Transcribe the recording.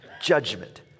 judgment